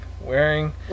wearing